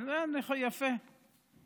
לפי הסקרים היום,